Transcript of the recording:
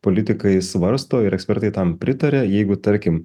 politikai svarsto ir ekspertai tam pritaria jeigu tarkim